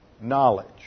knowledge